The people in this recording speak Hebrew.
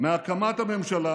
מאז הקמת הממשלה